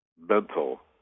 Mental